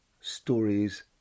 stories